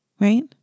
Right